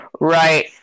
Right